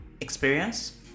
experience